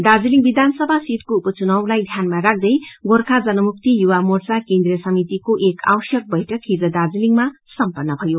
दार्जीलिङ विधानसभा सिटको उपचुनावलाई ध्यानमा राख्दै गोर्खा जनमुक्ति युवा मोर्चा केन्द्र समितिको एक आवश्यक बैठक हिज दार्जीलिङमा सम्पन्न भयो